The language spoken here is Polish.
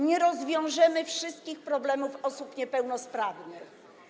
Nie rozwiążemy wszystkich problemów osób niepełnosprawnych.